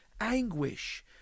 Anguish